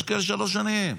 יש כאלה שלוש שנים.